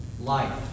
life